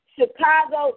Chicago